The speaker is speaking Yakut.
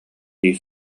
дии